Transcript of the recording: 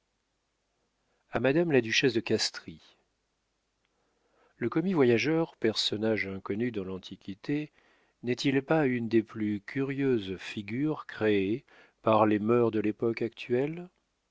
a madame la duchesse de castries le commis-voyageur personnage inconnu dans l'antiquité n'est-il pas une des plus curieuses figures créées par les mœurs de l'époque actuelle